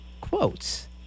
quotes